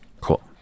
cool